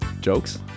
Jokes